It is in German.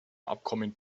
abkommen